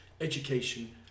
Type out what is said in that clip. Education